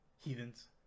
Heathens